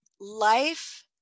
life